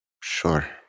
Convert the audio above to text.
Sure